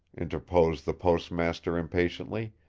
interposed the postmaster impatiently.